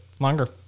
Longer